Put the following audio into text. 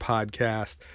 Podcast